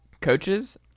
coaches